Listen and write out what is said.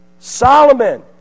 Solomon